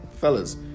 Fellas